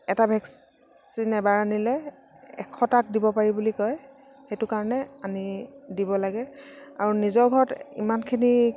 এটা ভেকচিন এবাৰ আনিলে এশটাক দিব পাৰি বুলি কয় সেইটো কাৰণে আনি দিব লাগে আৰু নিজৰ ঘৰত ইমানখিনি